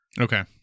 Okay